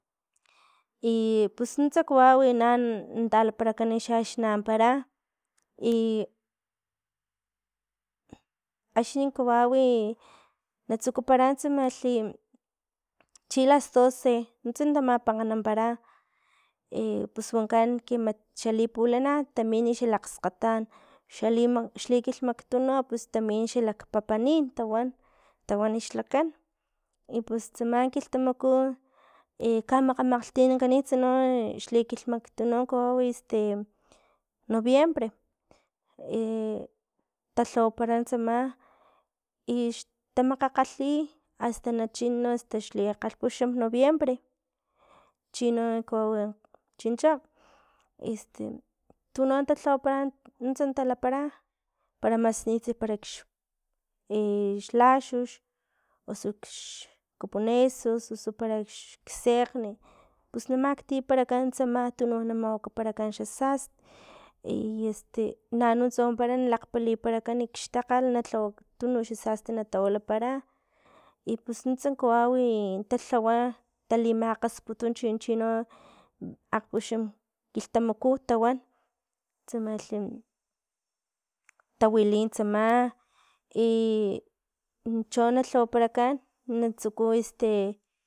I pus nuntsa kawau na talaparakan xa axni na ampara axni kawawi natsukupara tsamalhi, chi las doce nuntsa natamapankganapara, pus wankan que mat xali pulana tamin xalakgskgatan, xalima xli kilhmaktu pus tamin xakalpapanin tawan, tawan xlakan i pus tsama kilhtamaku kamakgamakglhtinankanits xli kilhmaktu no kawawi este noviembre, talhawapara tsama, ix tamakgalhi asta na chin no asta xli kgalhpuxan noviembre, chino kawawi chincho este tuno talhawapara nuntsa talhawapara, para masnitsa parax xlaxux osu xkapunesus osu para xsekgn pus namaktiparakan tsama tuno na mawakaparakan xa sasti i este nanuntsa wampara na lakgparaliparakan kxtakgal na tsawakan tunuk xa sasti na tawila, i pus nuntsa kawawi talhawa talimakghasputu tino akgpuxam kilhtamakutawan, tsamalhi tawili tsama i cho na lhawaparakan na tsuku este.